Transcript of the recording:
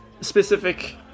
specific